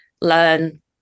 learn